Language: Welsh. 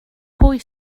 pwy